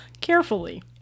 carefully